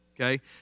Okay